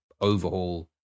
overhaul